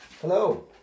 Hello